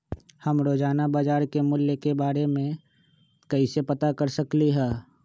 हम रोजाना बाजार के मूल्य के के बारे में कैसे पता कर सकली ह?